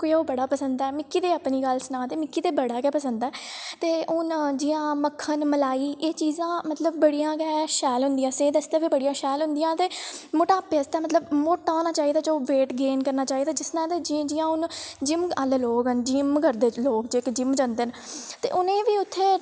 कि मिगी घ्यो बड़ा पसंद ऐ मिकी ते अपनी गल्ल सनांऽ ते मिगी ते बड़ा गै पसंद ऐ ते हून जियां मक्खन मलाई एह् चीज़ां मतलब बड़ियां गै शैल होंदियां सेह्त आस्तै बी बड़ियां शैल होंदियां ते मोटापे आस्तै मतलब मुट्टा होना चाहिदा जेह्दे च ओह् वेट गेन करना चाहिदा जिसनै जियां जियां हून लोग न जिम आहले लोक न जिम करदे लोक जेह्के जिम जंदे न ते उ'नेंई बी उत्थें